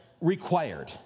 required